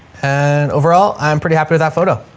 and overall i'm pretty happy with that photo.